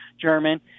German